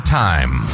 time